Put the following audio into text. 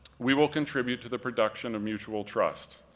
we will contribute to the production of mutual trust,